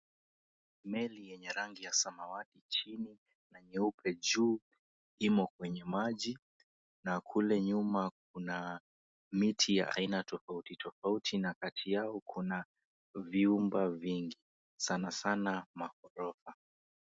Meli yenye rangi ya samawati chini na nyeupe juu imo kwenye maji na kule nyuma kuna miti ya aina tofautitofauti na kati yao kuna vyumba vingi sanasana maghorofa.